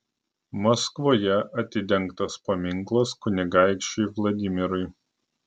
maskvoje atidengtas paminklas kunigaikščiui vladimirui